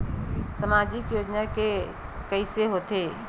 सामाजिक योजना के कइसे होथे?